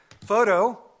photo